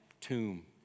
tomb